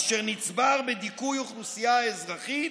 אשר נצבר מדיכוי אוכלוסייה אזרחית,